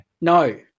No